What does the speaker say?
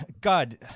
God